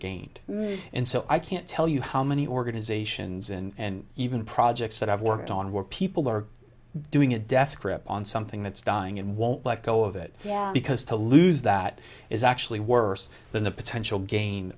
gained and so i can't tell you how many organizations and even projects that i've worked on where people are doing a death grip on something that's dying and won't let go of it yeah because to lose that is actually worse than the potential gain